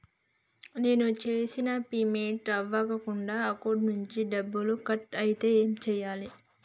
నేను చేసిన పేమెంట్ అవ్వకుండా అకౌంట్ నుంచి డబ్బులు కట్ అయితే ఏం చేయాలి?